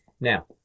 Now